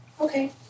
Okay